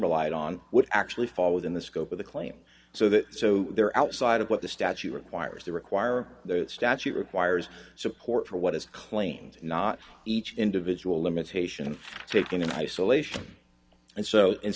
relied on would actually fall within the scope of the claim so that so they're outside of what the statute requires they require the statute requires support for what is claimed not each individual limitation taken in isolation and so in